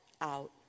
out